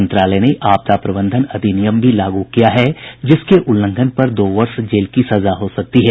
मंत्रालय ने आपदा प्रबंधन अधिनियम भी लागू किया है जिसके उल्लंघन पर दो वर्ष जेल की सजा हो सकती है